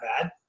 bad